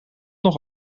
nog